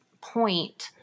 point